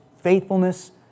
faithfulness